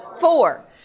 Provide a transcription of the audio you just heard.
Four